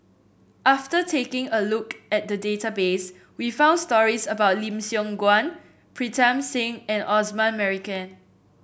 after taking a look at the database we found stories about Lim Siong Guan Pritam Singh and Osman Merican